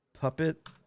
Puppet